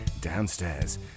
downstairs